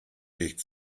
licht